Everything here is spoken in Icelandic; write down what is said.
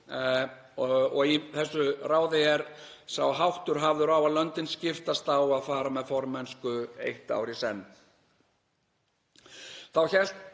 Í þessu ráði er sá háttur hafður á að löndin skiptast á að fara með formennsku eitt ár í senn.